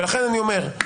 ולכן אני אומר משהו כזה: